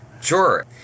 Sure